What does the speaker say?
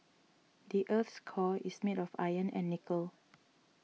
the earth's core is made of iron and nickel